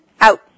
out